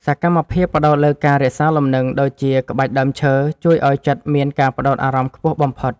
សកម្មភាពផ្ដោតលើការរក្សាលំនឹង ដូចជាក្បាច់ដើមឈើ ជួយឱ្យចិត្តមានការផ្ដោតអារម្មណ៍ខ្ពស់បំផុត។